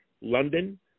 London